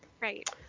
Right